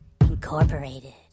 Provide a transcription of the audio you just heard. Incorporated